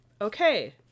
okay